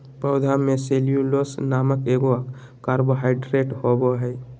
पौधा में सेल्यूलोस नामक एगो कार्बोहाइड्रेट होबो हइ